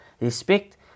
respect